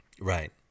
Right